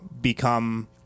become